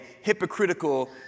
hypocritical